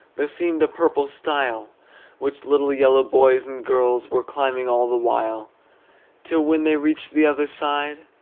there seemed a purple stile which little yellow boys and girls were climbing all the while till when they reached the other side,